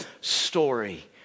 story